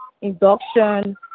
induction